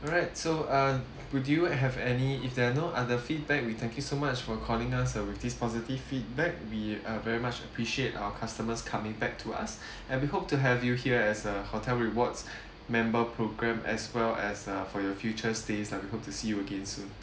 alright so uh would you have any if there are no other feedback we thank you so much for calling us with uh this positive feedback we are very much appreciate our customers coming back to us and we hope to have you here as a hotel rewards member program as well as uh for your future stays lah we hope to see you again soon